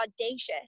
audacious